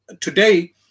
today